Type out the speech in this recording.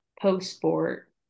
post-sport